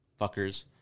fuckers